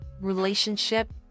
relationship